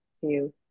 two